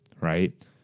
right